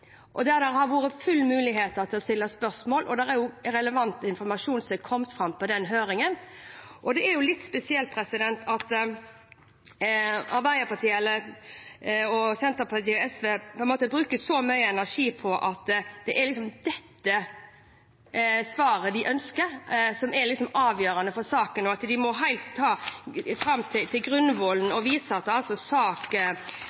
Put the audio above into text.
Der har det vært full mulighet til å stille spørsmål, og relevant informasjon har kommet fram på høringen. Det er litt spesielt at Arbeiderpartiet, Senterpartiet og SV bruker så mye energi på at det er dette svaret de ønsker, som liksom er avgjørende for saken, at de må vise til Grunnloven og en sak knyttet til Quisling fra 1932 og en sak fra 1959, som gjaldt utlån av ammunisjon fra Forsvaret til